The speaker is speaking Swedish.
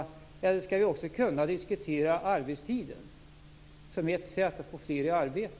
Vi skall också kunna diskutera arbetstiden som ett sätt att få fler i arbete.